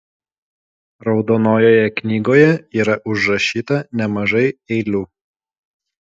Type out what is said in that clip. raudonojoje knygoje yra užrašyta nemažai eilių